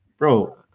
Bro